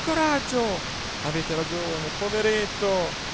coraggio avete ragione poveretto